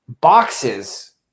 boxes